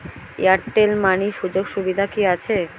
Airtel money সুযোগ সুবিধা কি আছে?